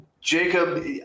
jacob